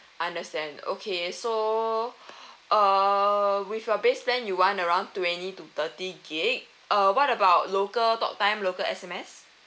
understand okay so uh which for base plan you want around twenty to thirty gig uh what about local talktime local S_M_S